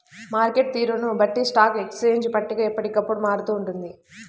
market తీరును బట్టి stock exchange పట్టిక ఎప్పటికప్పుడు మారుతూ ఉంటుంది